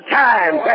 time